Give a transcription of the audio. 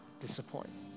disappoint